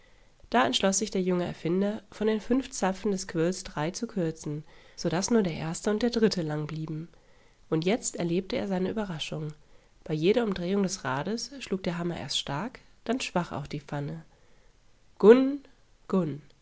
da entschloß sich der junge erfinder von den fünf zapfen des quirls drei zu kürzen so daß nur der erste und der dritte lang blieben und jetzt erlebte er seine überraschung bei jeder umdrehung des rades schlug der hammer erst stark dann schwach auf die pfanne gunn gunn